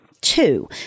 two